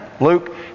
Luke